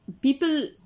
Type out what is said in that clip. people